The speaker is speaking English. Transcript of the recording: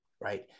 right